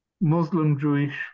Muslim-Jewish